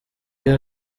iyo